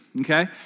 Okay